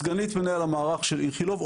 סגנית מנהל המערך של איכילוב,